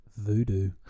voodoo